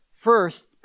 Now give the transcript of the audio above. first